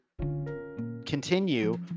continue